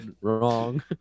Wrong